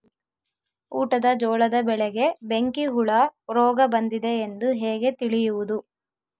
ಊಟದ ಜೋಳದ ಬೆಳೆಗೆ ಬೆಂಕಿ ಹುಳ ರೋಗ ಬಂದಿದೆ ಎಂದು ಹೇಗೆ ತಿಳಿಯುವುದು?